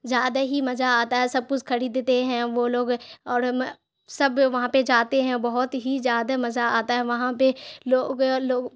زیادہ ہی مزہ آتا ہے سب کچھ خریدتے ہیں وہ لوگ اور سب وہاں پہ جاتے ہیں بہت ہی زیادہ مزہ آتا ہے وہاں پہ لوگ